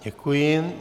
Děkuji.